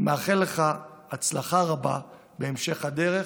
אני מאחל לך הצלחה רבה בהמשך הדרך,